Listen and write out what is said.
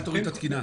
אל תוריד את התקינה.